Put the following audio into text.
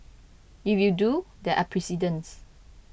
if you do there are precedents